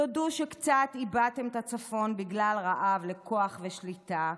תודו שקצת איבדתם את הצפון בגלל רעב לכוח ושליטה,